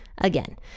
again